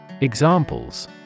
Examples